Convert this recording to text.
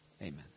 Amen